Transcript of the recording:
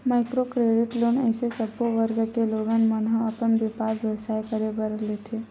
micro credit loan अइसे सब्बो वर्ग के लोगन मन ह अपन बेपार बेवसाय करे बर लेथे